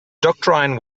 doctrine